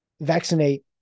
vaccinate